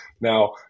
Now